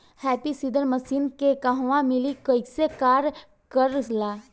Happy seeder machine के कहवा मिली कैसे कार कर ला?